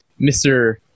Mr